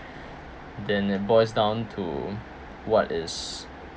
then it voice down to what is